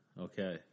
Okay